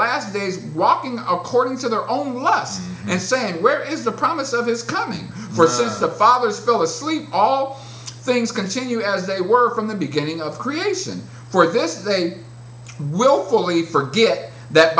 last days rocking according to their own lusts and saying where is the promise of his coming versus the father still asleep all things continue as they were from the beginning of creation for this they willfully forget that